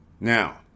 Now